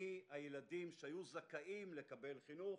מי הילדים שהיו זכאים לקבל חינוך,